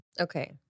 Okay